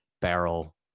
barrel